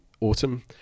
autumn